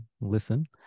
listen